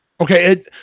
Okay